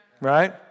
right